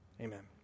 amen